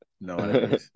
No